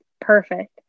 perfect